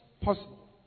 possible